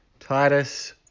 Titus